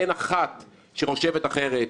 אין אחת שחושבת אחרת,